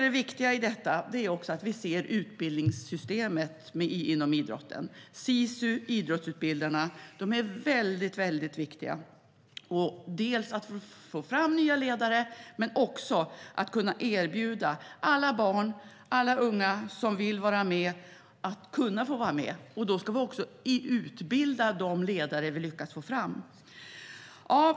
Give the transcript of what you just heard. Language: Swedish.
Det viktiga i detta är utbildningssystemet inom idrotten. Sisu Idrottsutbildarna är mycket viktiga dels för att få fram nya ledare, dels för att kunna erbjuda alla barn och unga som vill att få vara med. Då ska man utbilda också nya ledare.